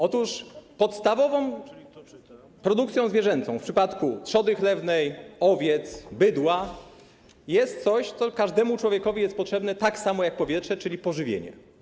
Otóż podstawowym celem produkcji zwierzęcej w przypadku trzody chlewnej, owiec, bydła jest coś, co każdemu człowiekowi jest potrzebne tak samo jak powietrze, czyli pożywienie.